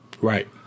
Right